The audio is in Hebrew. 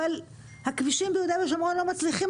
אבל הכבישים ביהודה ושומרון לא מצליחים